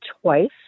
twice